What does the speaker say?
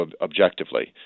objectively